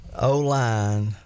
O-line